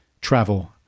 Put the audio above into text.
travel